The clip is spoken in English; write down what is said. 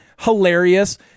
hilarious